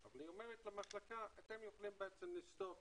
אבל היא אומרת למחלקה, אתם יכולים גם 10%